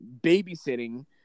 babysitting